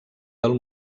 del